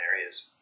areas